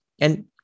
And-